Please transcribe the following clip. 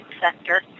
sector